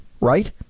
right